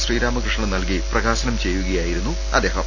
ശ്രീരാമകൃഷ്ണന് നൽകി പ്രകാശനം ചെയ്യുകയായിരുന്നു അദ്ദേ ഹം